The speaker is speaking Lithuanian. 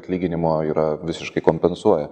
atlyginimo yra visiškai kompensuoja